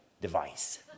device